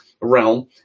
realm